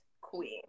queen